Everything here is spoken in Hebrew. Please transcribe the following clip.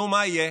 נו, מה יהיה?